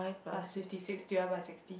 plus fifty six divide by sixty